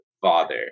father